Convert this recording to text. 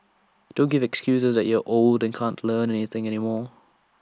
don't give excuses that you're old and can't Learn Anything anymore